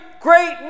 great